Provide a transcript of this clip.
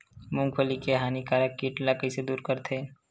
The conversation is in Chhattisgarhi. मूंगफली के हानिकारक कीट ला कइसे दूर करथे?